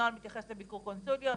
הנוהל מתייחס לביקור קונסוליות,